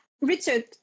richard